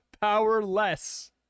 powerless